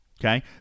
okay